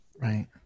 Right